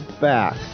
back